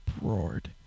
roared